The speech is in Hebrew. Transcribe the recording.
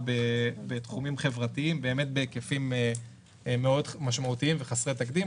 בתחומים חברתיים בהיקפים מאוד משמעותיים וחסרי תקדים.